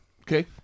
okay